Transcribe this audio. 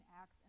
Acts